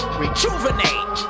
rejuvenate